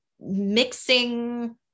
mixing